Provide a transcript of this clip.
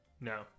No